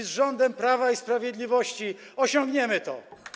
Z rządem Prawa i Sprawiedliwości osiągniemy to.